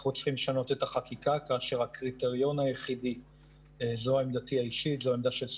אנחנו צריכים לשנות את החקיקה כאשר הקריטריון היחידי זו עמדתי האישית,